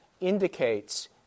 indicates